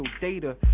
data